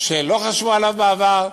שלא חשבו עליו בעבר,